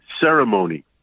ceremony